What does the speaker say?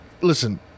Listen